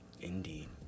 Indeed